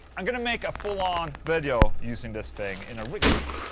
i'm gonna make a full-on video using this thing in a rig of the week,